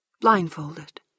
blindfolded